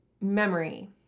memory